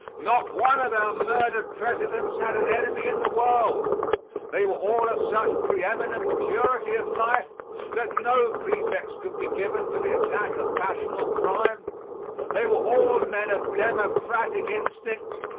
not one of our murdered presidents had an enemy in the world they were all of such preeminent purity of life that no pretext could be given for the attack of passional crime they were all men of democratic instincts,